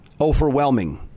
overwhelming